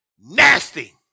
Nasty